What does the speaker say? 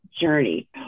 journey